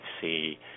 see